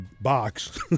box